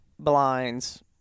blinds